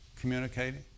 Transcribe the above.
communicating